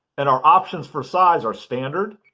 and our options for size are standard,